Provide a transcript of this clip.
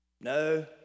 No